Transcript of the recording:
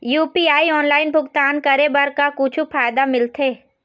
UPI online भुगतान करे बर का कुछू फायदा मिलथे?